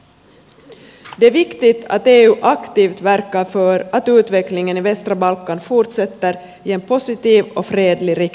det är viktigt att eu aktivt verkar för att utvecklingen i västra balkan fortsätter i en positiv och fredlig riktning